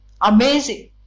Amazing